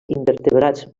invertebrats